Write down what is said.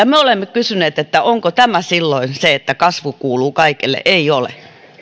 me olemme kysyneet onko tämä silloin sitä että kasvu kuuluu kaikille ei ole